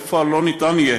בפועל לא יהיה